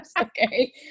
Okay